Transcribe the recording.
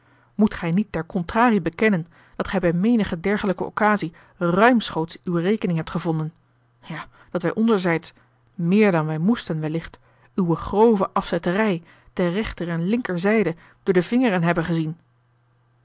moet gij niet ter contrarie bekennen dat gij bij menige dergelijke occasie ruimschoots uwe rekening hebt gevonden ja dat wij onzerzijds meer dan wij moesten wellicht uwe grove afzetterij ter rechteren slinkerzijde door de vingeren hebben gezien